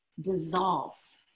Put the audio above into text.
dissolves